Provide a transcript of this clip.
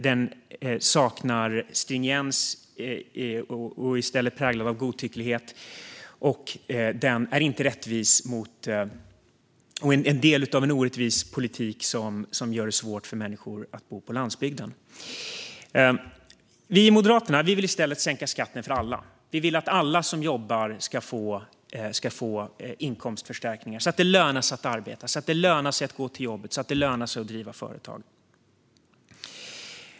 Den saknar stringens, är präglad av godtycklighet och är del av en orättvis politik som gör det svårt för människor att bo på landsbygden. Vi i Moderaterna vill i stället sänka skatten för alla. Vi vill att alla som jobbar ska få inkomstförstärkningar så att det lönar sig att arbeta, gå till jobbet och driva företag.